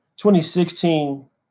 2016